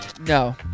No